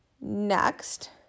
Next